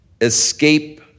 escape